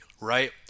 right